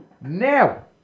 now